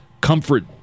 Comfort